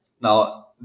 Now